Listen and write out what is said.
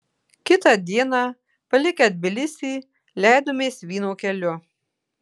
kitą dieną palikę tbilisį leidomės vyno keliu